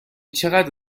چقدر